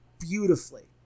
beautifully